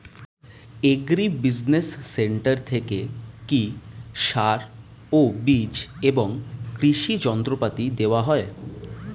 Agri business centre থেকে কি সার ও বিজ এবং কৃষি যন্ত্র পাতি দেওয়া হয়?